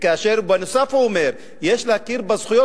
וכאשר בנוסף הוא אומר: יש להכיר בזכויות